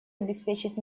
обеспечить